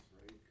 right